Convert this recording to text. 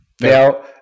Now